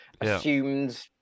assumed